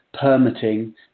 permitting